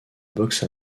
boxe